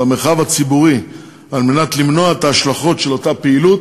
הציבורי על מנת למנוע את ההשלכות של אותה פעילות.